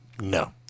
No